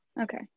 okay